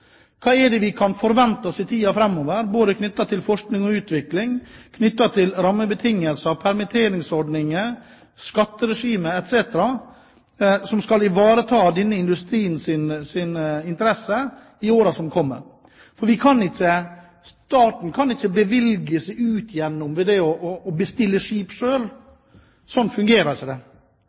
Hva er det vi kan forvente oss i tiden framover knyttet til forskning og utvikling, til rammebetingelser, permitteringsordninger, skatteregime etc. som skal ivareta denne industriens interesser i årene som kommer. Staten kan ikke bevilge seg ut ved å bestille skip selv. Slik fungerer det